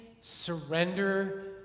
surrender